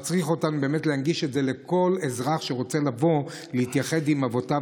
זה מצריך אותנו להנגיש אותה לכל אזרח שרוצה לבוא להתייחד עם אבותיו,